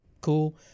cool